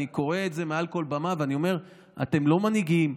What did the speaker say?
ואני קורא מעל כל במה ואני אומר: אתם לא מנהיגים.